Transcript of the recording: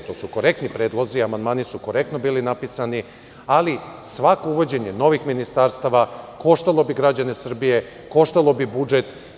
Naprotiv, to su korektni predlozi, amandmani su korektno bili napisani, ali svako uvođenje novih ministarstava koštalo bi građane Srbije, koštalo bi budžet.